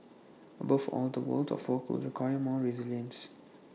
above all the world of work will require more resilience